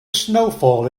snowfall